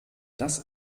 das